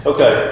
Okay